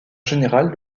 général